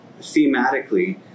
thematically